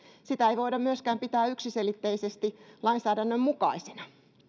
sitä ei voida myöskään pitää yksiselitteisesti lainsäädännön mukaisena